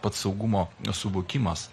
pats saugumo suvokimas